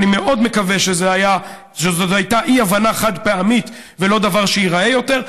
ואני מאוד מקווה שזאת הייתה אי-הבנה חד-פעמית ולא דבר שייראה יותר,